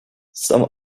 some